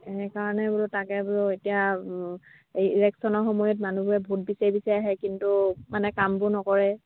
সেইকাৰণে বোলো তাকে বোলো এতিয়া এই ইলেকশ্যনৰ সময়ত মানুহবোৰে ভোট বিচাৰি বিচাৰি আহে কিন্তু মানে কামবোৰ নকৰে